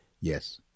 Yes